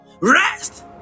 Rest